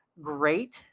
great